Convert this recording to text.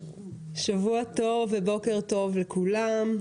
שבוע טוב ובוקר טוב לכולם.